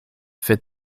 fit